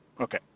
Okay